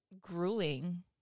grueling